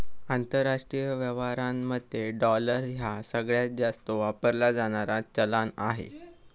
आंतरराष्ट्रीय व्यवहारांमध्ये डॉलर ह्या सगळ्यांत जास्त वापरला जाणारा चलान आहे